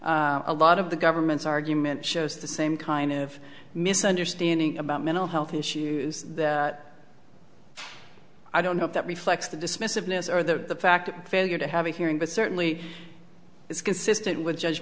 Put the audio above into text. a lot of the government's argument shows the same kind of misunderstanding about mental health issues i don't know if that reflects the dismissiveness or the fact of failure to have a hearing but certainly it's consistent with judge